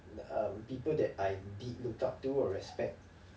um people that I did look up to or respect